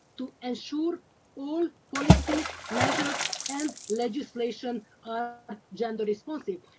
to ensure all policies, measures and legislation are ah gender responsive.